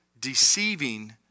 deceiving